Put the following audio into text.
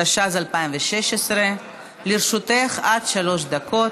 התשע"ז 2016. לרשותך עד שלוש דקות.